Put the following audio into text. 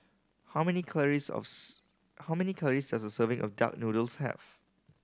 how many calories of how many calories does serving of duck noodles have